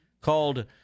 called